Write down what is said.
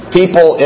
people